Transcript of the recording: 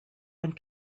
and